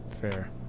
Fair